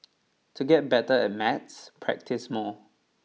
to get better at maths practise more